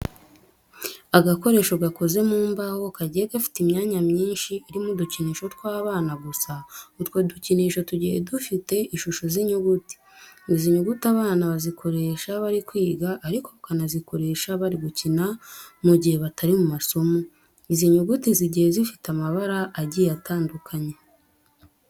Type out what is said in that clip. Agakoresho gakoze mu mbaho kagiye gafite imyanya myinshi irimo udukinisho tw'abana gusa utwo dukinisho tugiye dufite ishusho z'inyuguti. Izi nyuguti abana bazikoresha bari kwiga ariko bakanazikoresha bari gukina mu gihe batari mu masomo. Izi nyuguti zigiye zifite amabara agiye atandukanye.